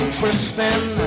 twisting